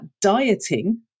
dieting